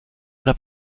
oder